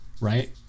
right